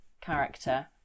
character